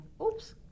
oops